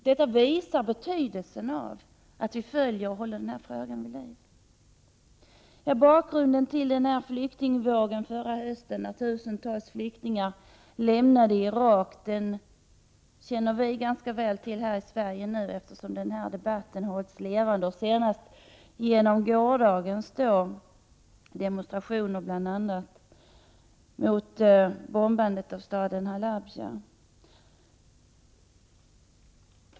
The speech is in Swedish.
Detta visar betydelsen av att vi måste följa upp och hålla denna fråga vid liv. Bakgrunden till flyktingvågen förra hösten, när tusentals flyktingar lämnade Irak, känner vi i Sverige ganska väl till, eftersom denna debatt har hållits levande. Bl.a. skedde det i går en demonstration mot bombningarna av staden Halabja.